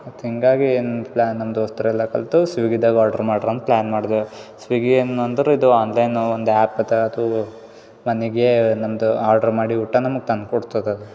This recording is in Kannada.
ಮತ್ತು ಹಿಂಗಾಗಿ ಏನು ಪ್ಲ್ಯಾ ನಮ್ಮ ದೋಸ್ತರೆಲ್ಲಾ ಕಲೆತು ಸ್ಯುಗಿದಾಗ ಆಡ್ರ್ ಮಾಡ್ರಿ ಅಂತ ಪ್ಲ್ಯಾನ್ ಮಾಡ್ದೆವು ಸ್ವಿಗಿ ಏನು ಅಂದ್ರೆ ಇದು ಆನ್ಲೈನ್ ಒಂದು ಆ್ಯಪ್ ಆಯ್ತು ಅದು ಮನೆಗೆ ನಮ್ಮದು ಆಡ್ರ್ ಮಾಡಿ ಊಟ ನಮ್ಗೆ ತಂದ್ಕೊಡ್ತದೆ